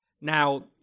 Now